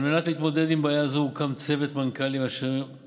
על מנת להתמודד עם בעיה זו הוקם צוות מנכ"לים ממשרדי